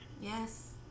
yes